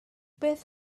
beth